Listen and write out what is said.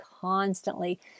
Constantly